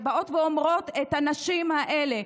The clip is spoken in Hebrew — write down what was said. ובאות ואומרות: הנשים האלה,